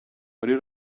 muri